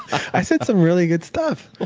i said some really good stuff.